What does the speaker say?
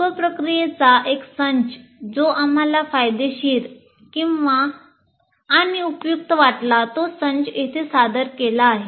उप प्रक्रियेचा एक संच जो आम्हाला फायदेशीर आणि उपयुक्त वाटला तो संच येथे सादर केला आहे